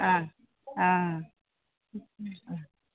অঁ অঁ অঁ